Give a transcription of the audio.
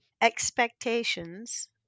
expectations